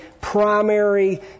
primary